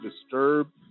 disturbed